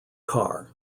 car